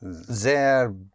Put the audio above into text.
sehr